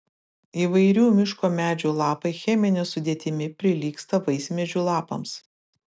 įvairių miško medžių lapai chemine sudėtimi prilygsta vaismedžių lapams